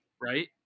right